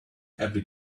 every